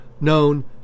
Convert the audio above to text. known